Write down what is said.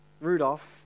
Rudolph